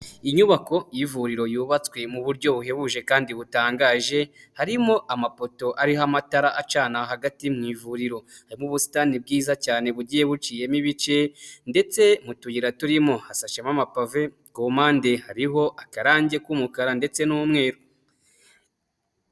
Inyubako y'ivuriro yubatswe mu buryo buhebuje kandi butangaje, harimo amapoto ariho amatara acana hagati mu ivuriro, harimo ubusitani bwiza cyane bugiye buciyemo ibice ndetse mu tuyira turimo hasashemo amapave, ku mpande hariho akarangi k'umukara ndetse n'umweru.